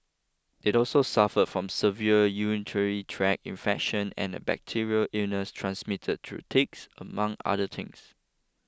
it also suffered from severe urinary tract infection and a bacterial illness transmitted through ticks among other things